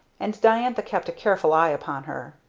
and diantha kept a careful eye upon her.